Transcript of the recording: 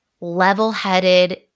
level-headed